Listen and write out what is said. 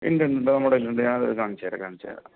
ഉണ്ട് ഉണ്ട് നമ്മളുടെ കയ്യിൽ ഉണ്ട് ഞാൻ അത് കാണിച്ച് തരാം കാണിച്ച് തരാം